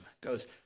goes